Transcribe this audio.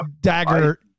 Dagger